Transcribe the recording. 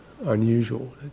unusual